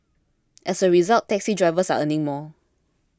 as a result taxi drivers are earning more